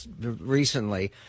recently